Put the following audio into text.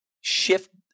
shift